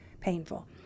painful